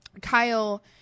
Kyle